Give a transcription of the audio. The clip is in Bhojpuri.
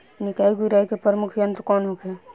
निकाई गुराई के प्रमुख यंत्र कौन होखे?